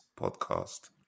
podcast